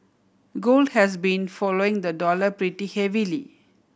gold has been following the dollar pretty heavily